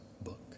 book